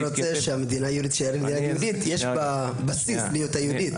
רוצה שהמדינה היהודית תישאר מדינה יהודית יש בה בסיס להיותה יהודית.